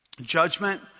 Judgment